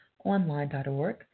Online.org